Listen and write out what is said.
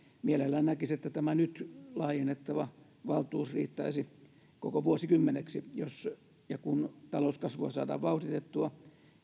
mielellään näkisi että tämä nyt laajennettava valtuus riittäisi koko vuosikymmeneksi jos ja kun talouskasvua saadaan vauhditettua